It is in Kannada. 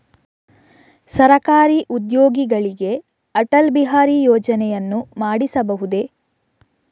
ಸರಕಾರಿ ಉದ್ಯೋಗಿಗಳಿಗೆ ಅಟಲ್ ಬಿಹಾರಿ ಯೋಜನೆಯನ್ನು ಮಾಡಿಸಬಹುದೇ?